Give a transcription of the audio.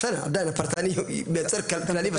בסדר, עדיין הפרטני מייצר כאן כללי בסוף.